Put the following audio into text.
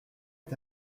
est